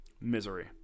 Misery